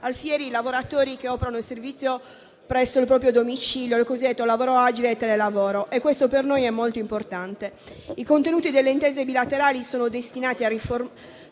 Alfieri - i lavoratori che operano in servizio presso il proprio domicilio, ovvero il cosiddetto lavoro agile e telelavoro: questo per noi è molto importante. I contenuti delle intese bilaterali sono destinati a riformulare